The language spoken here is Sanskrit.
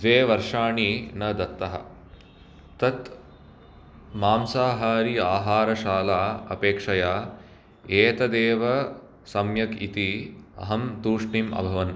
द्वे वर्षाणि न दत्तः तत् मांसाहारि आहारशाला अपेक्षया एतदेव सम्यक् इति अहं तूष्णिम् अभवन्